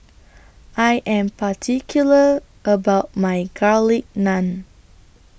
I Am particular about My Garlic Naan